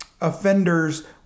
offenders